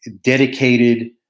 dedicated